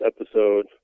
episode